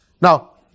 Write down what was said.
Now